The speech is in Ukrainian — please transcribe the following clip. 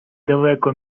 далеко